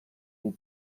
die